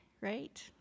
right